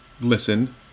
listen